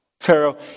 Pharaoh